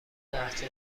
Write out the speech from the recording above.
لهجه